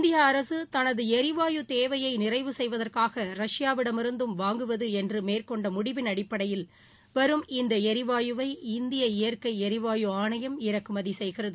இந்திய அரசு தனது எரிவாயு தேவையை நிறைவு செய்வதற்காக ரஷ்யாவிடமிருந்தும் வாங்குவது என்று மேற்கொண்ட முடிவின் அடிப்படையில் வரும் இந்த எரிவாயு வை இந்திய இயற்கை எரிவாயு ஆணையம் இறக்குமதி செய்கிறது